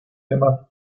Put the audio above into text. temas